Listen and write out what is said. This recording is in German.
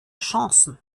chancen